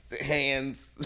hands